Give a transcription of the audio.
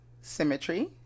symmetry